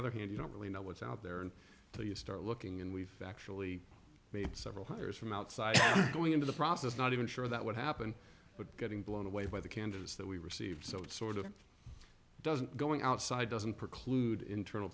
other hand you don't really know what's out there and so you start looking and we've actually made several hires from outside going into the process not even sure that would happen but getting blown away by the candidates that we received so sort of doesn't going outside doesn't preclude internal